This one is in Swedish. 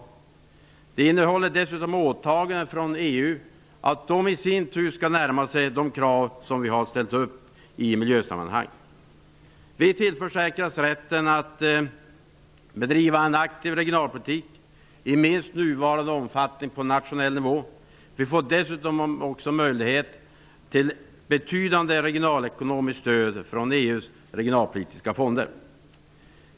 Avtalet innehåller dessutom åtaganden från EU:s sida om att man skall närma sig de krav som vi har ställt upp när det gäller miljön. Vi tillförsäkras rätten att bedriva en aktiv regionalpolitik i minst nuvarande omfattning på nationell nivå. Vi får dessutom en möjlighet till betydande regionalekonomiskt stöd från EU:s regionalpolitiska fonder.